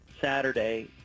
Saturday